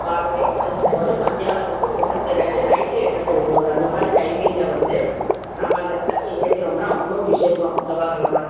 காலையில் எட்டு டு ஒன்போது மத்தியானம் ஒன்று டு ரெண்டு நைட்டு எட்டு டு ஒன்போது அந்த மாதிரி டைமிங்கில் வந்து நம்ம அந்த விளக்கு ஏற்றுனோம்னா அவ்வளோ விசேஷம் செவ்வாக்கிழம